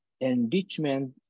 enrichment